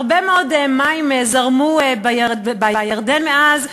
הרבה מאוד מים זרמו בירדן מאז,